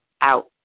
out